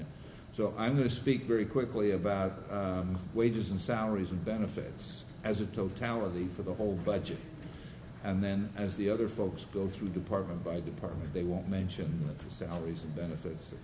it so i'm going to speak very quickly about wages and salaries and benefits as a totality for the whole budget and then as the other folks bill through department by department they won't mention the salaries and benefits